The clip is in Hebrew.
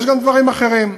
יש גם דברים אחרים.